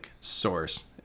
source